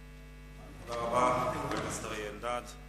תודה רבה לחבר הכנסת אלדד.